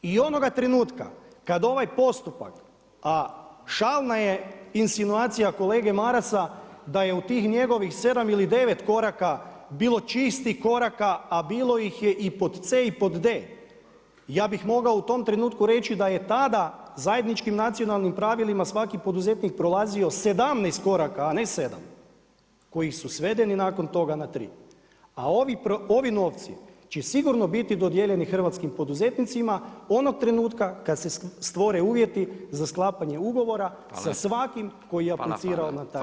I onoga trenutka, kad ovaj postupak, a šalna je insinuacija kolege Marasa, da je tu tih njegovih 7 ili 9 koraka, bilo čistih koraka, a bilo ih je i pod C i pod D. Ja bih mogao u tom trenutku reći da je tada zajedničkim nacionalnim pravilima svaki poduzetnik prolazio 17 koraka, a ne 7, koji su svedeni nakon toga na 3. A ovi novci će sigurno biti dodijeljeni hrvatskim poduzetnicima onog trenutka kad se stvore uvjeti za sklapanje ugovora sa svakim koji je aplicirao na taj natječaj.